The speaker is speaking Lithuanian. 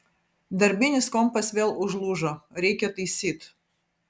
darbinis kompas vėl užlūžo reikia taisyt